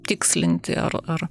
tikslinti ar ar